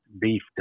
beef